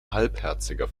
halbherziger